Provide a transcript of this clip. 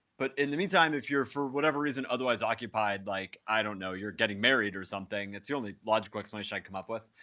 but in the meantime, if you're, for whatever reason, otherwise occupied like i don't know you're getting married or something it's the only logical explanation i can come up with